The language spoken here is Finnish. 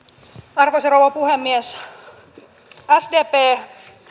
arvoisa rouva puhemies sdp